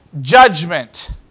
judgment